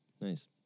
Nice